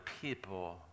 people